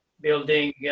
building